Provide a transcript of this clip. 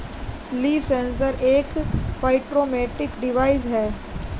leaf sensor एक phytometric device है